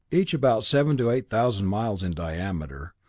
each about seven to eight thousand miles in diameter,